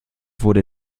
wurde